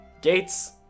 gates